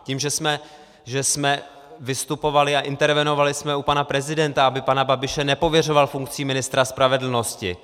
Tím, že jsme vystupovali a intervenovali jsme u pana prezidenta, aby pana Babiše nepověřoval funkcí ministra spravedlnosti.